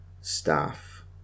staff